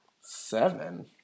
Seven